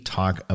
talk